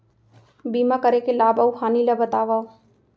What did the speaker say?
बीमा करे के लाभ अऊ हानि ला बतावव